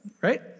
right